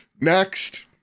Next